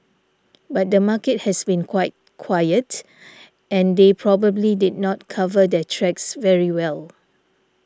but the market has been quite quiet and they probably did not cover their tracks very well